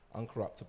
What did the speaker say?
uncorruptible